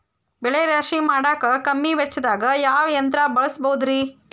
ಬೆಳೆ ರಾಶಿ ಮಾಡಾಕ ಕಮ್ಮಿ ವೆಚ್ಚದಾಗ ಯಾವ ಯಂತ್ರ ಬಳಸಬಹುದುರೇ?